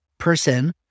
person